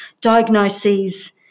diagnoses